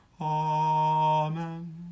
Amen